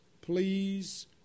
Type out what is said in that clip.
please